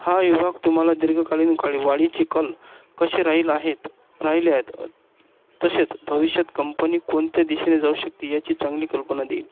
हा विभाग तुम्हाला दीर्घकालीन कळी वाढीचे कल कसे राहील आहेत राहिले आहेत तसेच भविष्यात कंपनी कोणत्या दिशेने जाऊ शकते याची चांगली कल्पना देईल